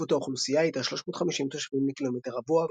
צפיפות האוכלוסייה הייתה 350 תושבים לקילומטר רבוע,